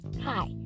Hi